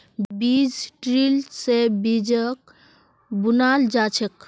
बीज ड्रिल से बीजक बुनाल जा छे